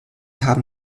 haben